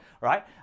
right